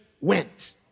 went